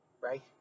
right